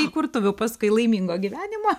įkurtuvių paskui laimingo gyvenimo